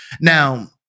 Now